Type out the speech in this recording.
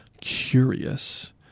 curious –